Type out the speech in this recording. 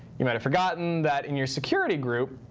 you might have forgotten that in your security group,